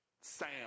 Sam